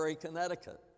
Connecticut